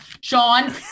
Sean